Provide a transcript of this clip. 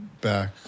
back